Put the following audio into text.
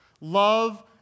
love